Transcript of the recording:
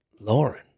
Lauren